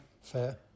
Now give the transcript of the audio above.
Fair